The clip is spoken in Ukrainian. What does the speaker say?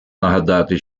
нагадати